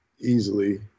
easily